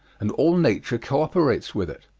and all nature cooperates with it.